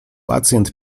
pacjent